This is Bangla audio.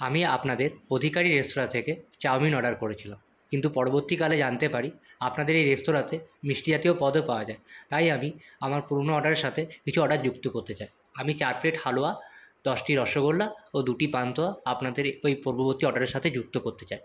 আমি আপনাদের অধিকারী রেস্তরাঁ থেকে চাউমিন অর্ডার করেছিলাম কিন্তু পরবর্তীকালে জানতে পারি আপনাদের এই রেস্তরাঁতে মিষ্টি জাতীয় পদও পাওয়া যায় তাই আমি আমার পুরনো অর্ডারের সাথে কিছু অর্ডার যুক্ত করতে চাই আমি চার প্লেট হালুয়া দশটি রসগোল্লা ও দুটি পান্তুয়া আপনাদের ঐ পূর্ববর্তী অর্ডারের সাথে যুক্ত করতে চাই